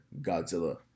Godzilla